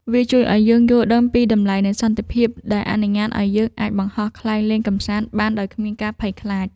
វាជួយឱ្យយើងយល់ដឹងពីតម្លៃនៃសន្តិភាព ដែលអនុញ្ញាតឱ្យយើងអាចបង្ហោះខ្លែងលេងកម្សាន្តបានដោយគ្មានការភ័យខ្លាច។